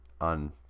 on